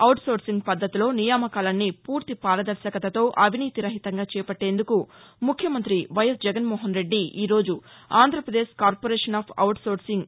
outsourcing పద్గతిలో నియామకాలన్నీ పూర్తి పారదర్శకతతో అవినీతిరహితంగా చేపట్టేందుకు ముఖ్యమంతి జగన్మోహన్రెడ్డి ఈ రోజు ఆంధ్రప్రదేశ్ కార్పొరేషన్ ఆఫ్ ఔట్సోర్సింగ్